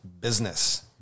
business